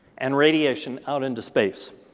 and radiation out into space.